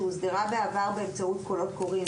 שאוסדרו בעבר באמצעות קולות קוראים.